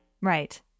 Right